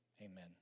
amen